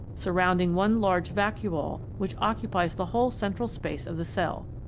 surrounding one large vacuole which occupies the whole central space of the cell.